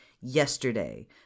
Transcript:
yesterday